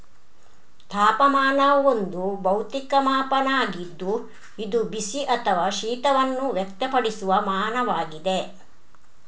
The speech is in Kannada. ತಾಪಮಾನವು ಒಂದು ಭೌತಿಕ ಮಾಪನ ಆಗಿದ್ದು ಇದು ಬಿಸಿ ಅಥವಾ ಶೀತವನ್ನು ವ್ಯಕ್ತಪಡಿಸುವ ಮಾನವಾಗಿದೆ